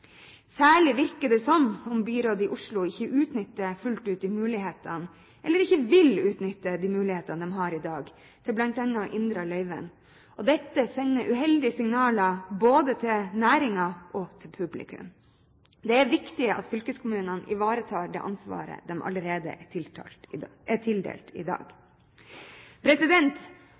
Særlig virker det som om byrådet i Oslo ikke utnytter fullt ut, eller ikke vil utnytte, de mulighetene de har i dag til bl.a. å inndra løyvene. Dette sender uheldige signaler både til næringen og til publikum. Det er viktig at fylkeskommunene ivaretar det ansvaret de allerede er tildelt i dag. Hoksrud mente at ting hadde tatt for lang tid. Da